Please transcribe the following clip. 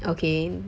okay